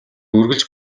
үргэлж